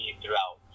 throughout